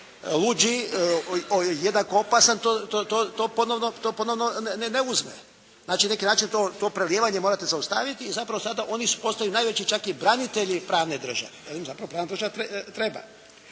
luđi, jednako opasan to ponovno ne uzme. Znači neki način to prelijevanje morate zaustaviti i zapravo sada oni su postali najveći čak i branitelji pravne države, jer im zapravo pravna država treba.